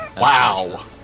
Wow